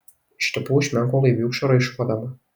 išlipau iš menko laiviūkščio raišuodama